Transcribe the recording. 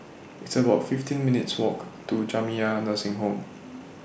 It's about fifteen minutes' Walk to Jamiyah Nursing Home